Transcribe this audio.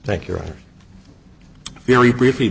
thank you very briefly